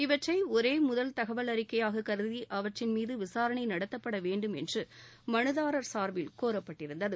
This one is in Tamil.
இவற்றை ஒரே முதல் தகவல் அறிக்கையாக கருதி அவற்றின் மீது விசாரணை நடத்தப்பட வேண்டும் என்று மனுதாரர் சார்பில் கோரப்பட்டிருந்தது